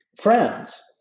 friends